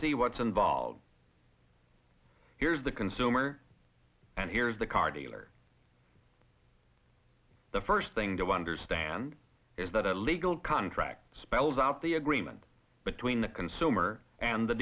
see what's involved here is the consumer and here is the car dealer the first thing to understand is that a legal contract spells out the agreement between the consumer and the